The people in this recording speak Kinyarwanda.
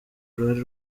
uruhare